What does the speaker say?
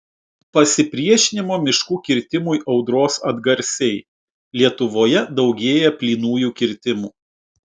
pasipriešinimo miškų kirtimui audros atgarsiai lietuvoje daugėja plynųjų kirtimų